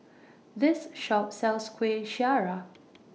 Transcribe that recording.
This Shop sells Kueh Syara